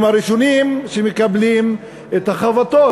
הם הראשונים שמקבלים את החבטות.